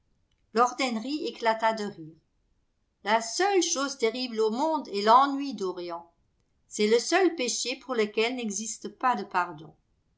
lord henry éclata de rire la seule chose terrible au monde est l'ennui dorian c'est le seul péché pour lequel n'existe pas de pardon